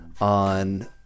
on